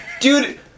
dude